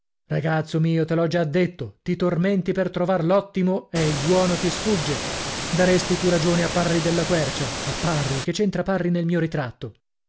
ragazzo mio te l'ho già detto ti tormenti per trovar l'ottimo e il buono ti sfugge daresti tu ragione a parri della quercia a parri che c'entra parri nel mio ritratto